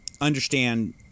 understand